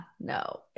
no